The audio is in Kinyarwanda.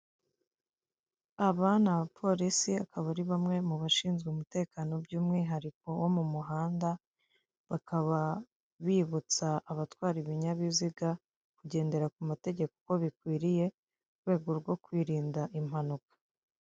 Aba ni abapolisi akaba ari bamwe mu bashinzwe umutekano by'umwihariko wo mu muhanda, bakaba bibutsa abatwara ibinyabiziga kugendera ku mategeko uko bikwiriye, mu rwego rwo kwirinda impanuka.